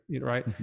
right